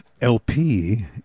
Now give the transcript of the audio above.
LP